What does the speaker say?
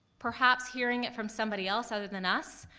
perhaps, hearing it from somebody else other than us,